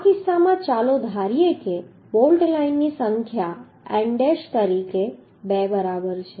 આ કિસ્સામાં ચાલો ધારીએ કે બોલ્ટ લાઇનની સંખ્યા n ડેશ તરીકે 2 બરાબર છે